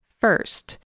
First